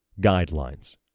guidelines